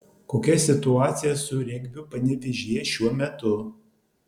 kokia situacija su regbiu panevėžyje šiuo metu